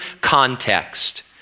context